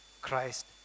Christ